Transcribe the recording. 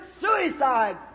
suicide